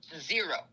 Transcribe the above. Zero